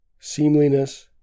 Seamliness